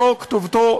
זו כתובתו,